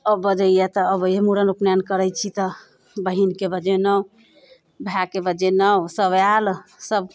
अब बजैया तऽ अबैया मुड़न उपनयन करैत छी तऽ बहिनके बजेलहुँ भायके बजेलहुँ सभ आएल सभ